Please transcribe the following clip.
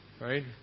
Right